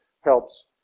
helps